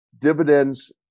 dividends